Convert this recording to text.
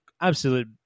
absolute